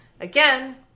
Again